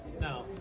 No